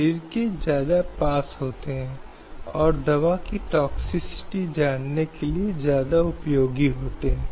इन मौलिक अधिकारों की महत्वपूर्ण विशेषता यह है कि वे कानून के उद्धरणों में लागू करने योग्य हैं